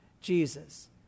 Jesus